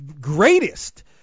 greatest